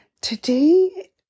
today